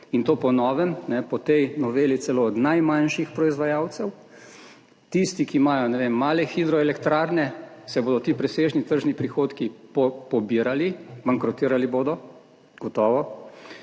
in to po novem, po tej noveli celo od najmanjših proizvajalcev. Tistim, ki imajo male hidroelektrarne, se bodo ti presežni tržni prihodki pobirali, bankrotirali bodo gotovo,